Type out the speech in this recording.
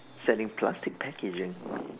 selling plastic packaging